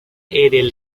aerial